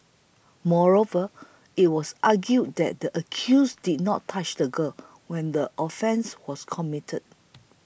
moreover it was argued that the accused did not touch the girl when the offence was committed